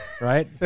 Right